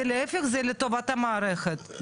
זה להיפך זה לטובת המערכת,